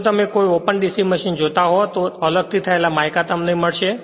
જો તમે કોઈ ઓપન DC મશીન જોતા હોવ તો તે અલગ થયેલા માઇકા તમને મળશે